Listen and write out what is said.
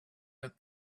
that